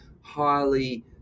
highly